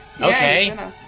Okay